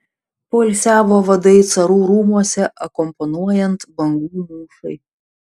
poilsiavo vadai carų rūmuose akompanuojant bangų mūšai